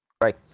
right